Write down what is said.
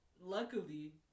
luckily